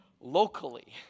locally